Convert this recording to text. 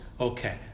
okay